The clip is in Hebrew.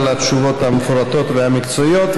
על התשובות המפורטות והמקצועיות.